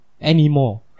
anymore